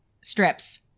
strips